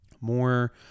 more